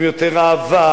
עם יותר אהבה,